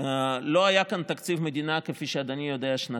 לא היה כאן תקציב מדינה, כפי שאדוני יודע, שנתיים.